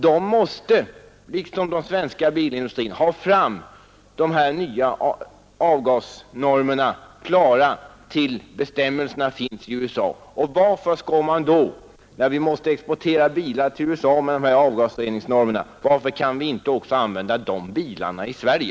De måste ha fram utrustningar som uppfyller de nya avgasnormerna till dess att bestämmelserna träder i kraft i USA. När vi kan exportera bilar till USA som uppfyller normerna, varför kan vi då inte tillverka likadana bilar för användning i Sverige?